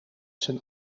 zijn